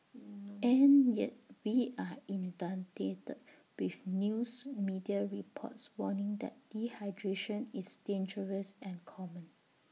and yet we are inundated with news media reports warning that dehydration is dangerous and common